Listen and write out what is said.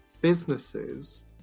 businesses